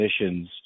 emissions